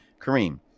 Kareem